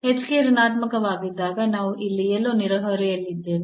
h k ಋಣಾತ್ಮಕವಾಗಿದ್ದಾಗ ನಾವು ಇಲ್ಲಿ ಎಲ್ಲೋ ನೆರೆಹೊರೆಯಲ್ಲಿದ್ದೇವೆ